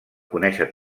conèixer